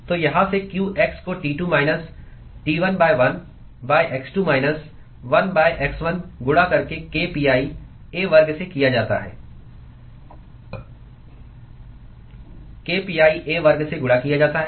तो यहाँ से qx को T2 minus T1 1 x2 minus 1 x 1 गुणा करके k pi a वर्ग से किया जाता है k pi a वर्ग से गुणा किया जाता है